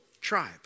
tribe